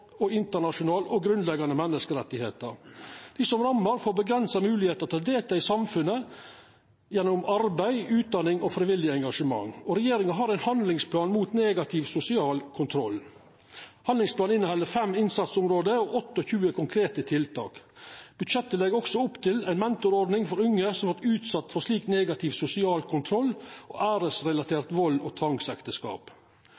norske, internasjonale og grunnleggjande menneskerettar. Dei som vert ramma, får avgrensa moglegheit til å delta i samfunnet gjennom arbeid, utdanning og frivillig engasjement. Regjeringa har ein handlingsplan mot negativ sosial kontroll. Handlingsplanen inneheld fem innsatsområde og 28 konkrete tiltak. Budsjettet legg også opp til ei mentorordning for unge som vert utsette for slik negativ sosial kontroll og